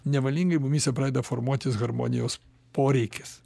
nevalingai mumyse pradeda formuotis harmonijos poreikis